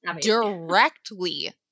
directly